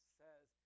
says